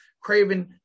Craven